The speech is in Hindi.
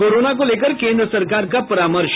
कोरोना को लेकर केन्द्र सरकार का परामर्श